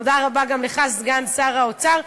תודה רבה גם לך, סגן שר האוצר.